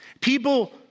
People